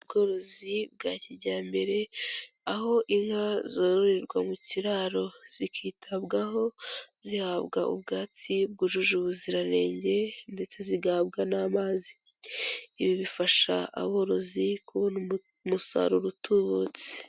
Ubworozi bwa kijyambere, aho inka zororerwa mu kiraro zikitabwaho zihabwa ubwatsi bwujuje ubuziranenge, ndetse zigahabwa n'amazi. Ibi bifasha aborozi kubona umusaruro utubutse.